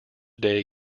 day